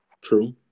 True